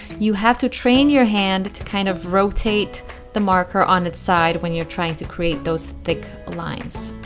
you have to train your hand to kind of rotate the marker on its side when you're trying to create those thick lines